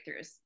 breakthroughs